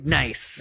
nice